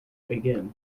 begin